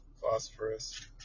phosphorus